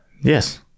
yes